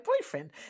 boyfriend